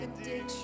addiction